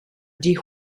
die